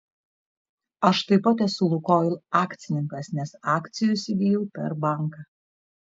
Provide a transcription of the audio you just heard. aš taip pat esu lukoil akcininkas nes akcijų įsigijau per banką